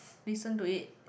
listen to it